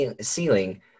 ceiling